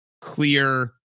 clear